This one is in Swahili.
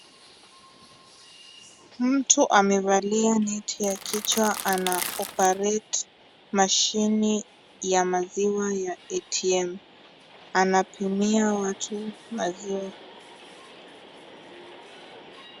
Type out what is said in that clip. Mtu amevalia neti ya kichwa anaoperate mashine ya maziwa ya ATM. Anapimia watu maziwa.